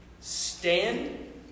stand